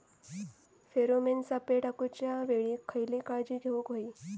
Pheromone सापळे टाकूच्या वेळी खयली काळजी घेवूक व्हयी?